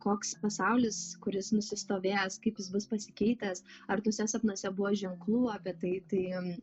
koks pasaulis kuris nusistovėjęs kaip jis bus pasikeitęs ar tuose sapnuose buvo ženklų apie tai tai